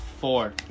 four